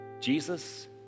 Jesus